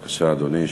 בבקשה, אדוני.